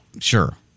Sure